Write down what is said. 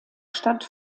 stadt